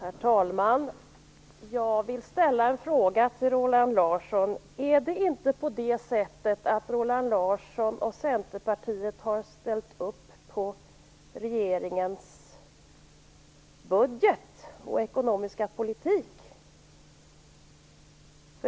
Herr talman! Jag vill ställa en fråga till Roland Larsson: Är det inte så att Roland Larsson och Centerpartiet har ställt sig bakom regeringens budget och ekonomiska politik?